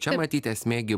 čia matyt esmė gi